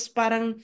parang